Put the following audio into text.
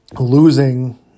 losing